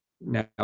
now